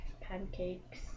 pancakes